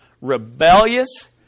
rebellious